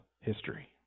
history